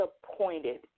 disappointed